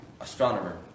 astronomer